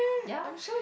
ya